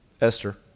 Esther